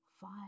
five